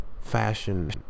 fashion